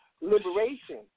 liberation